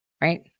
right